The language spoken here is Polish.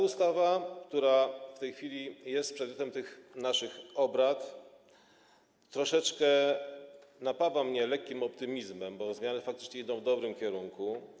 Ustawa, która w tej chwili jest przedmiotem naszych obrad, napawa mnie lekkim optymizmem, bo zmiany faktycznie idą w dobrym kierunku.